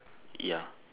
ya